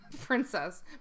princess